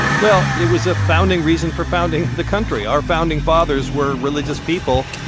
well, it was a founding reason for founding the country. our founding fathers were religious people,